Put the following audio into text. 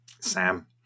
Sam